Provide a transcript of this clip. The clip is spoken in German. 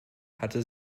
hatte